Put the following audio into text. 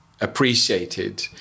appreciated